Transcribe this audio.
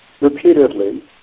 repeatedly